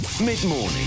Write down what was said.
mid-morning